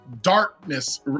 darkness